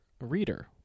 reader